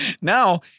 now